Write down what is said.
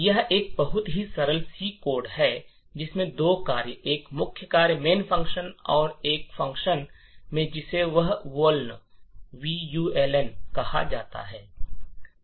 यह एक बहुत ही सरल सी कोड है इसमें दो कार्य एक मुख्य कार्य और एक फ़ंक्शन है जिसे वल्न कहा जाता है